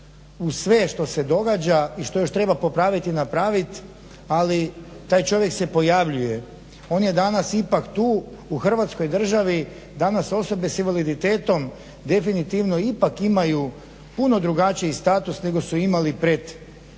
uz sve što se događa i što još treba popravit i napravit, ali taj čovjek se pojavljuje, on je danas ipak tu. U Hrvatskoj državi danas osobe s invaliditetom definitivno ipak imaju puno drugačiji status nego su imali pred recimo